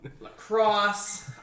Lacrosse